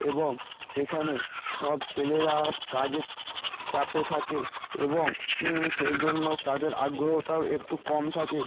এবং সেখানে সব ছেলেরা কাজের চাপে থাকে এবং সেই জন্য তাদের আগ্রহটাও একটু কম থাকে